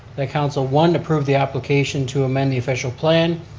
that council, one, to approve the application to amend the official plan,